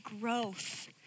growth